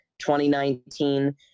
2019